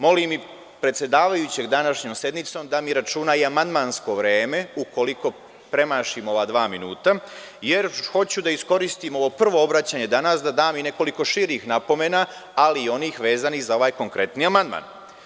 Molim i predsedavajućeg današnjom sednicom da mi računa i amandmansko vreme, ukoliko premašim ova dva minuta, jer hoću da iskoristim ovo prvo obraćanje danas da dam i nekoliko širih napomena, ali i onih vezanih za ovaj konkretni amandman.